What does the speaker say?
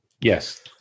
Yes